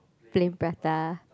plain prata